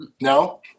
No